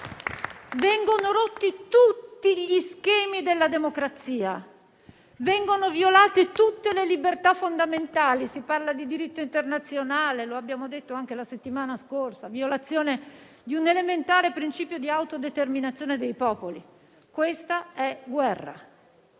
vengono rotti tutti gli schemi della democrazia, vengono violate tutte le libertà fondamentali. Si parla di diritto internazionale - lo abbiamo detto anche la settimana scorsa - e della violazione di un elementare principio di autodeterminazione dei popoli. Questa è guerra